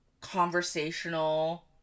conversational